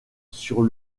sur